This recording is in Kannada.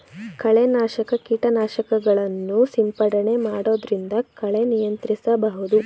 ಕಳೆ ನಾಶಕ ಕೀಟನಾಶಕಗಳನ್ನು ಸಿಂಪಡಣೆ ಮಾಡೊದ್ರಿಂದ ಕಳೆ ನಿಯಂತ್ರಿಸಬಹುದು